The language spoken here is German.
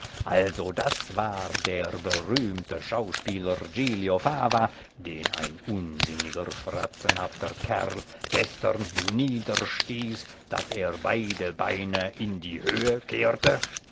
also das war der berühmte schauspieler giglio fava den ein unsinniger fratzenhafter kerl gestern niederstieß daß er beide beine in die höhe kehrte